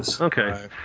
Okay